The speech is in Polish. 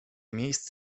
miejsc